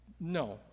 No